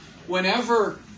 Whenever